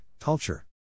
culture